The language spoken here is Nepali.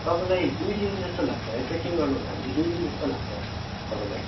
तपाईँलाई दुई दिन जस्तो लाग्छ है ट्रेकिङ गर्नु भयो भने चाहिँ दुई दिन जस्तो लाग्छ तपाईँलाई